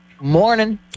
morning